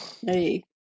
Hey